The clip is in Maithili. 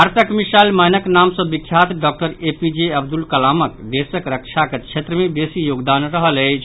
भारतक मिसाइल मैनक नाम सॅ विख्यात doctor A P J Abdul कलामक देशक रक्षाक क्षेत्र मे बेसी योगदान रहल अछि